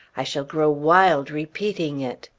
i shall grow wild repeating it.